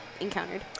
encountered